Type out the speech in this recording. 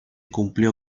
cumplió